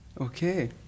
Okay